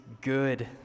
good